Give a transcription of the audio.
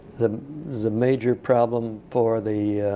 the the major problem for the